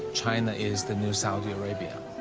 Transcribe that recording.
china is the new saudi arabia.